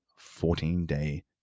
14-Day